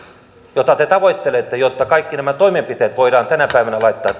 jota te tavoittelette jotta kaikki nämä toimenpiteet voidaan tänä päivänä laittaa